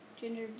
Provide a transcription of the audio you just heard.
Gender